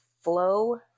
flow